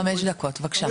חמש דקות, בבקשה.